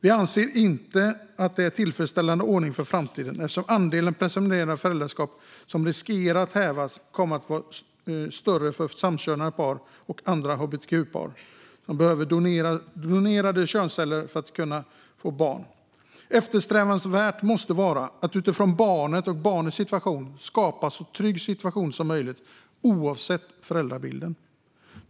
Vi anser att det inte är en tillfredsställande ordning för framtiden eftersom andelen presumerade föräldraskap som riskerar att hävas kommer att vara större för samkönade par och andra hbtq-par som behöver donerade könsceller för att kunna få barn. Eftersträvansvärt måste vara att utifrån barnet och barnets situation skapa en så trygg situation som möjligt oavsett föräldrabilden.